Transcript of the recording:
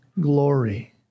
glory